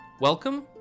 Welcome